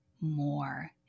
more